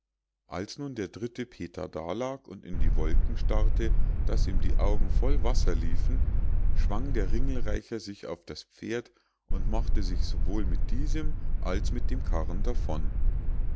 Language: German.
als nun der dritte peter da lag und in die wolken starrte daß ihm die augen voll wasser liefen schwang der ringelreicher sich auf das pferd und machte sich sowohl mit diesem als mit dem karren davon